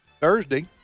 Thursday